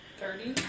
thirty